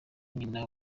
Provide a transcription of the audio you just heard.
nyina